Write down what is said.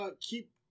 keep